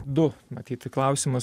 du matyti klausimas